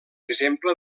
exemple